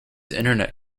internet